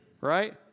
Right